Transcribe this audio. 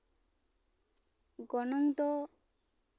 ᱜᱚᱱᱚᱝ ᱫᱚ